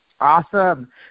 Awesome